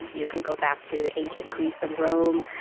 you can go back to ancient greece and rome,